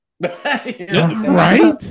Right